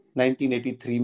1983